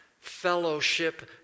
fellowship